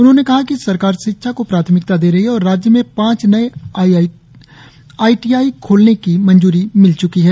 उन्होंने कहा कि सरकार शिक्षा को प्राथमिकता दे रही है और राज्य में पांच नए आई टी आई खोलने की मंजूरी मिल च्की है